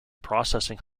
processing